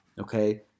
okay